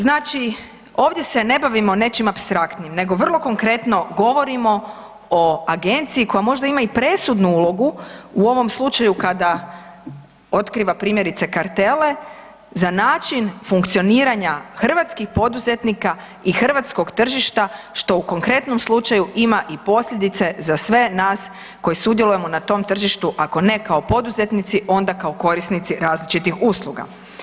Znači ovdje se ne bavimo nečim apstraktnim nego vrlo konkretno govorimo o agencija koja možda ima i presudnu ulogu u ovom slučaju kada otkriva primjerice kartele za način funkcioniranja hrvatskih poduzetnika i hrvatskog tržišta što u konkretnom slučaju ima i posljedice za sve nas koji sudjelujemo na tom tržištu ako ne kao poduzetnici onda kao korisnici različitih usluga.